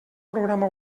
programa